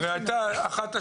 הרי עלתה אחת השאלות,